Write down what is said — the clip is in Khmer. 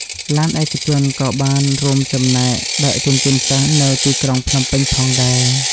ឡានឯកជនក៏បានចូលរួមចំណែកដឹកជញ្ជូនសិស្សនៅទីក្រុងភ្នំពេញផងដែរ។